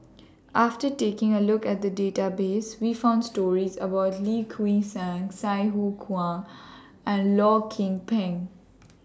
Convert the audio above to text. after taking A Look At The Database We found stories about Lim Kuan Sai Sai Hua Kuan and Loh Kim Peng